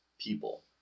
people